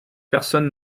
personne